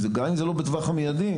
גם אם זה לא בטווח המיידי,